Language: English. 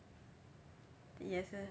也是